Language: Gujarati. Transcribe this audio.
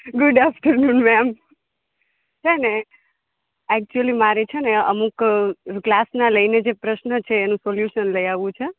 ગુડ આફ્ટરનુન મેમ છેને એકચ્યુલી મારે છેને અમુક કલાસના લઈને જે પ્રશ્ન છે એનું સોલ્યુશન લઈ આવવું છે